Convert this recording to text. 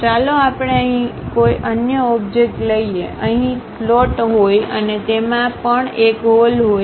ચાલો આપણે અહીં કોઈ અન્ય ઓબ્જેક્ટ લઈએ અહીં સ્લોટ હોય અને તેમાં પણ એક હોલ હોય